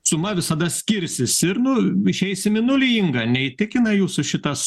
suma visada skirsis ir nu išeisim į nulį inga neįtikina jūsų šitas